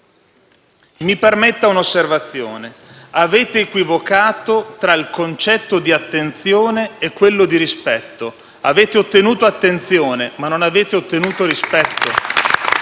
mi permetta un'osservazione: avete equivocato tra il concetto di attenzione e quello di rispetto. Avete ottenuto attenzione, ma non avete ottenuto rispetto.